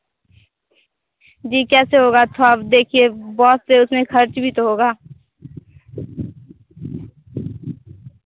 जी कैसे होगा आप थोड़ा देखिए बहुत से उसमें खर्च भी तो होगा